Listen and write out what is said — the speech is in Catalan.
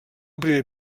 primer